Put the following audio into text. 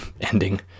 ending